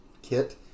kit